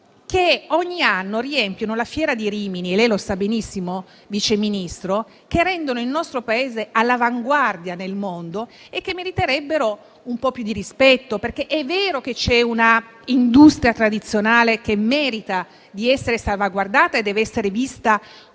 che ogni anno riempiono la Fiera di Rimini - lei lo sa benissimo, Vice Ministro - e che rendono il nostro Paese all'avanguardia nel mondo e che meriterebbero un po' più di rispetto. È vero che c'è un'industria tradizionale che merita di essere salvaguardata e deve essere vista con